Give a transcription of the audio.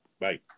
Bye